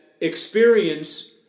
experience